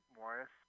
Morris